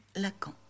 Lacan